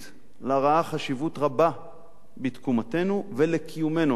שבה ראה חשיבות רבה בתקומתנו ובקיומנו הלאומי.